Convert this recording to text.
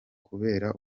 kubera